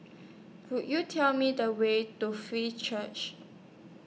Could YOU Tell Me The Way to Free Church